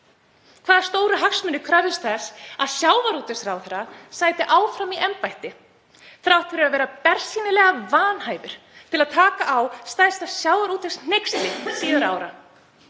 Hvað stóru hagsmunir kröfðust þess að sjávarútvegsráðherra sæti áfram í embætti þrátt fyrir að vera bersýnilega vanhæfur til að taka á stærsta sjávarútvegshneyksli síðari ára?